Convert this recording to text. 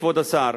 כבוד השר.